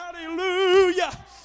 Hallelujah